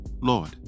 Lord